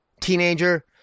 teenager